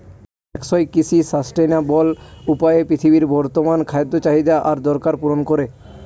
টেকসই কৃষি সাস্টেইনাবল উপায়ে পৃথিবীর বর্তমান খাদ্য চাহিদা আর দরকার পূরণ করে